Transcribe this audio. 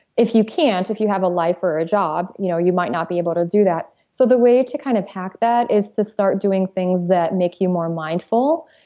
if you can't, if you have a life or a job, you know you might not be able to do that. so the way to kind of hack that is to start doing things that make you more mindful.